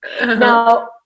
Now